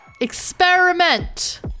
Experiment